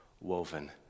woven